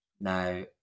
Now